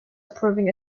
approving